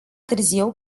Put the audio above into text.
târziu